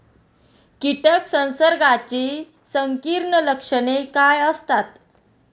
कीटक संसर्गाची संकीर्ण लक्षणे काय असतात?